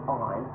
on